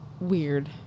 weird